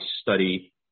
study